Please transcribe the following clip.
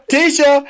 Tisha